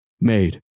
made